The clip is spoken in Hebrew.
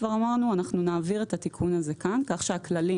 אמרנו שאנחנו נעביר את התיקון הזה כאן כך שהכללים